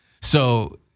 So-